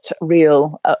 real